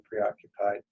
preoccupied